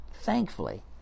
thankfully